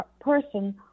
person